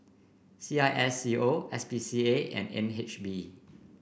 C I S C O S P C A and N H B